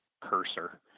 cursor